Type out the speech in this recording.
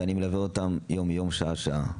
ואני מלווה אותם יום-יום, שעה-שעה.